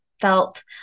felt